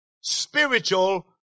spiritual